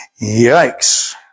Yikes